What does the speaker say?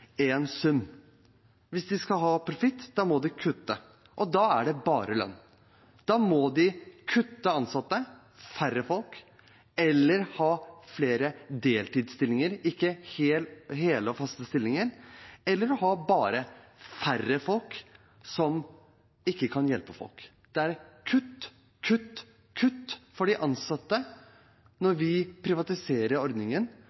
sum. Hvis de skal ha profitt, må de kutte, og da er det bare lønn. Da må de kutte ansatte, ha færre folk eller flere deltidsstillinger, ikke hele og faste stillinger, eller bare ha færre folk som ikke kan hjelpe folk. Det er kutt, kutt, kutt for de ansatte når man privatiserer ordningen.